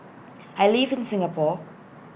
I live in Singapore